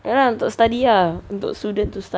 ah lah untuk study ah untuk students to study